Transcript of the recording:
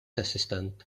assistant